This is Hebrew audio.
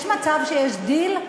יש מצב שיש דיל?